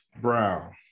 Brown